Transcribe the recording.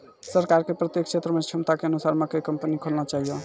सरकार के प्रत्येक क्षेत्र मे क्षमता के अनुसार मकई कंपनी खोलना चाहिए?